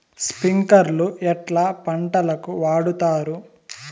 స్ప్రింక్లర్లు ఎట్లా పంటలకు వాడుతారు?